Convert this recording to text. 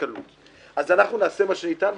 אז אנחנו נעשה את מה שניתן,